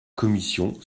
commission